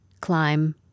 climb